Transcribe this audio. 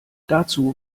dazu